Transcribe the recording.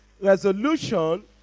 Resolution